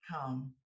come